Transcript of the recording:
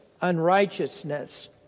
unrighteousness